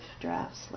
drafts